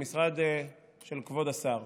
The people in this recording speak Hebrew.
המשרד של כבוד השר.